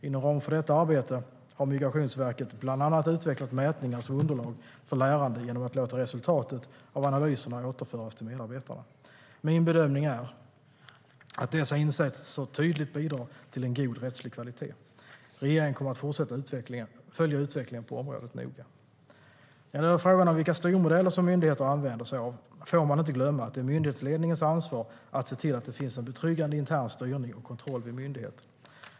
Inom ramen för detta arbete har Migrationsverket bland annat utvecklat mätningar som underlag för lärande genom att låta resultatet av analyserna återföras till medarbetarna. Min bedömning är att dessa insatser tydligt bidrar till en god rättslig kvalitet. Regeringen kommer att fortsätta att följa utvecklingen på området noga. När det gäller frågan om vilka styrmodeller som myndigheter använder sig av får man inte glömma att det är myndighetsledningens ansvar att se till att det finns en betryggande intern styrning och kontroll vid myndigheten.